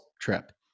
trip